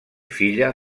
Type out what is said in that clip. filla